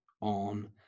on